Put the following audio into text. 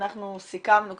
אנחנו סיכמנו,